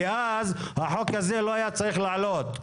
כי אז החוק הזה לא היה צריך להעלות.